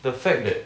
the fact that